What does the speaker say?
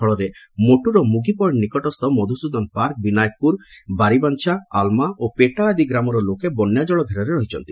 ଫଳରେ ମୋଟୁର ମୁଗି ପଏକ୍କ ନିକଟସ୍ଥ ମଧୁସ୍ଦନ ପାର୍କ ବିନାୟକପୁର ବାରିବାଂଛା ଆଲମା ଓ ପେଟା ଆଦି ଗ୍ରାମର ଲୋକେ ବନ୍ୟା ଜଳ ଘେରରେ ରହିଛନ୍ତି